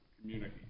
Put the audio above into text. community